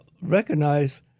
recognize